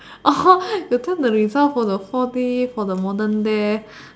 orh you camp the result for the four D for the modern day